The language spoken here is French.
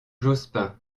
jospin